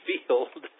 Field